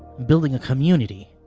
building a community.